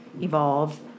evolved